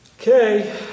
Okay